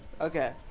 Okay